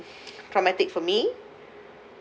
traumatic for me